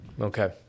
Okay